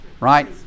right